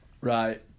Right